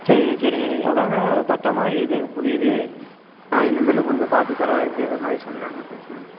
சரிங்க சரிங்க அதுதாங்க பற்றாம இருக்குது புரியுது ஆ இனிமேல் கொஞ்சம் பார்த்து செலவழிக்கிற மாதிரி சொல்கிறேங்க பேசுகிறேங்க